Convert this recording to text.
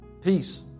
Peace